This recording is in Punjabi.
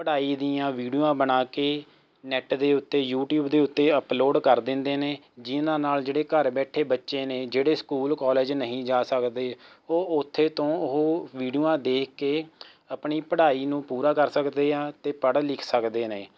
ਪੜ੍ਹਾਈ ਦੀਆਂ ਵੀਡਿਓਆਂ ਬਣਾ ਕੇ ਨੈੱਟ ਦੇ ਉੱਤੇ ਯੂਟਿਊਬ ਦੇ ਉੱਤੇ ਅੱਪਲੋਡ ਕਰ ਦਿੰਦੇ ਨੇ ਜਿਹਨਾਂ ਨਾਲ ਜਿਹੜੇ ਘਰ ਬੈਠੇ ਬੱਚੇ ਨੇ ਜਿਹੜੇ ਸਕੂਲ ਕਾਲਜ ਨਹੀਂ ਜਾ ਸਕਦੇ ਉਹ ਉੱਥੇ ਤੋਂ ਉਹ ਵੀਡਿਓਆਂ ਦੇਖ ਕੇ ਆਪਣੀ ਪੜ੍ਹਾਈ ਨੂੰ ਪੂਰਾ ਕਰ ਸਕਦੇ ਹਾਂ ਅਤੇ ਪੜ੍ਹ ਲਿਖ ਸਕਦੇ ਨੇ